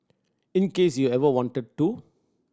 in case you ever wanted to